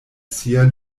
sia